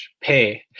pay